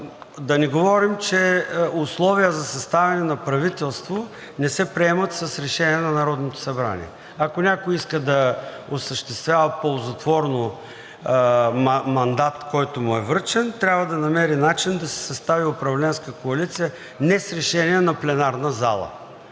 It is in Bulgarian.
Да не говорим, че условия за съставяне на правителство не се приемат с решение на Народното събрание. Ако някой иска да осъществява ползотворно мандат, който му е връчен, трябва да намери начин да си състави управленска коалиция не с решение на пленарната зала.